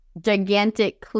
gigantic